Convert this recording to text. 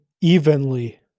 evenly